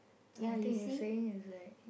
I think he's saying he's like